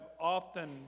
often